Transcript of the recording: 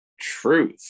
Truth